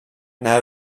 now